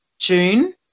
June